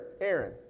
Aaron